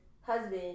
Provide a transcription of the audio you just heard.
husband